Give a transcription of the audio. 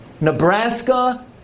Nebraska